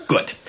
Good